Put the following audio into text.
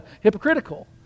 hypocritical